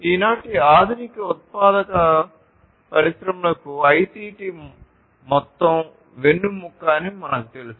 ఈనాటి ఆధునిక ఉత్పాదక పరిశ్రమలకు ఐసిటి మొత్తం వెన్నెముక అని మనకు తెలుసు